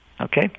Okay